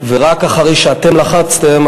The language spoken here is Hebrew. ורק אחרי שאתם לחצתם,